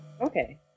Okay